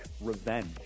revenge